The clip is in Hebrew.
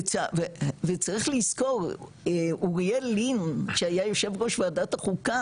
וצריך לזכור אוריאל לין שהיה יושב ראש ועדת החוקה